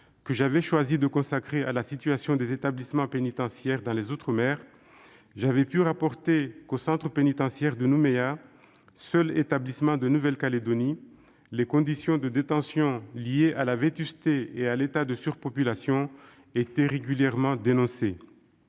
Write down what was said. que j'avais choisi de consacrer à la situation des établissements pénitentiaires dans les outre-mer, j'avais souligné que, au centre pénitentiaire de Nouméa, seul établissement de Nouvelle-Calédonie, les conditions de détention, liées à la vétusté et à l'état de surpopulation, étaient régulièrement dénoncées.